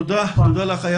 תודה לך.